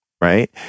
right